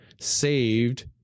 saved